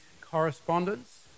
correspondence